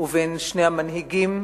ובין שני המנהיגים,